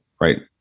right